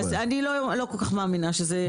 אני לא כל כך מאמינה שזה ייפתר.